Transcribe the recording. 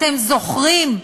אתם זוכרים,